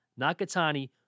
Nakatani